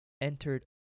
Entered